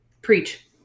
preach